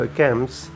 camps